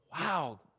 wow